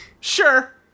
Sure